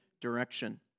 direction